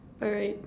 alright